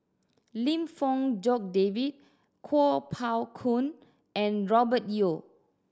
Lim Fong Jock David Kuo Pao Kun and Robert Yeo